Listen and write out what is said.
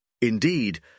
Indeed